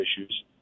issues